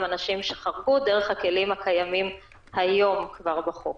אנשים שחרגו דרך הכלים הקיימים היום כבר בחוק.